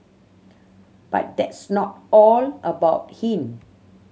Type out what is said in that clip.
but that's not all about him